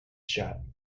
shut